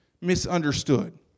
misunderstood